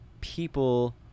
people